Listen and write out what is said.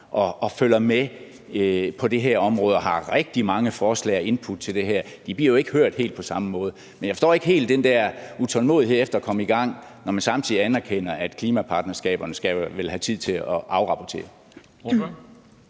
og følger med på det her område og har rigtig mange forslag og input til det her. De bliver jo ikke hørt helt på samme måde. Men jeg forstår ikke helt den der utålmodighed efter at komme i gang, når man samtidig anerkender, at klimapartnerskaberne skal have tid til at afrapportere.